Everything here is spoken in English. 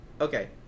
Okay